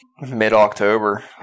mid-October